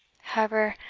however,